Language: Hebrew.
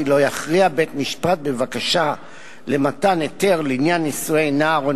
לא יכריע בית-משפט בבקשה למתן היתר לענייני נישואי נער או